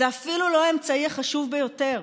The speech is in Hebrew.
זה אפילו לא האמצעי החשוב ביותר.